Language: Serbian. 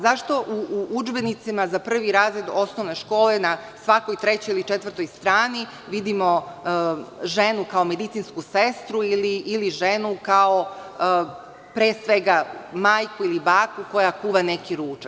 Zašto u udžbenicima za prvi razred osnovne škole na svakoj trećoj ili četvrtoj strani vidimo ženu kao medicinsku sestru ili ženu kao majku ili baku koja kuva neki ručak?